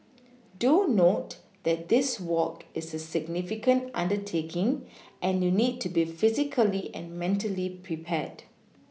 do note that this walk is a significant undertaking and you need to be physically and mentally prepared